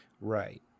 Right